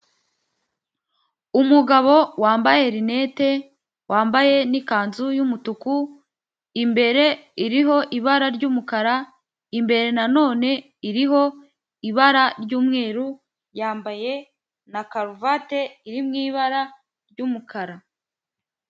Umugabo wambaye linete wambaye n'ikanzu y'umutuku, imbere iriho ibara ry'umukara imbere na none iriho ibara ry'umweru, yambaye na karuvate iri mu ibara ry'umukara.